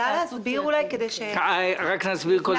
כשמדובר על ביטוח משלים כל המבוטחים